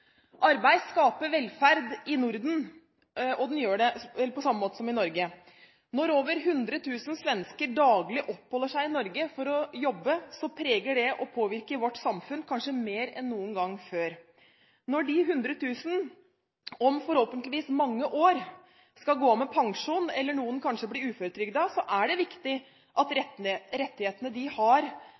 Arbeid skaper velferd i Norden, på samme måte som i Norge. Når over 100 000 svensker daglig oppholder seg i Norge for å jobbe, preger og påvirker det vårt samfunn kanskje mer enn noen gang før. Når de 100 000 – om forhåpentligvis mange år – skal gå av med pensjon, eller noen av dem kanskje blir uføretrygdet, er det viktig at de rettighetene de har,